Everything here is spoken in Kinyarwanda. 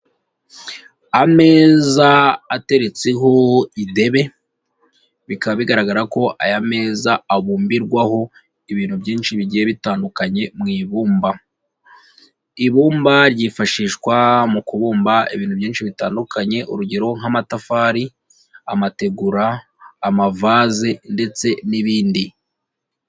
Ameza ateretseho idebe, bikaba bigaragara ko aya meza abumbirwaho ibintu byinshi bigiye bitandukanye mu ibumba. Ibumba ryifashishwa mu kubumba ibintu byinshi bitandukanye, urugero: nk'amatafari, amategura, amavase ndetse n'ibindi.